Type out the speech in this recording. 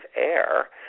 air